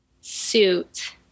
suit